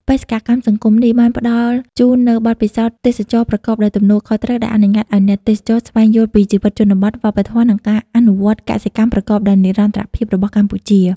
បេសកកម្មសង្គមនេះបានផ្តល់ជូននូវបទពិសោធន៍ទេសចរណ៍ប្រកបដោយទំនួលខុសត្រូវ ដែលអនុញ្ញាតឱ្យអ្នកទេសចរស្វែងយល់ពីជីវិតជនបទ វប្បធម៌ និងការអនុវត្តកសិកម្មប្រកបដោយនិរន្តរភាពរបស់កម្ពុជា ។